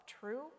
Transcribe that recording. true